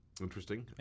Interesting